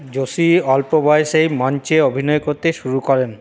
জোশী অল্প বয়সেই মঞ্চে অভিনয় করতে শুরু করেন